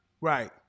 Right